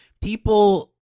people